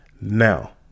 Now